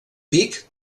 pic